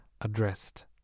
addressed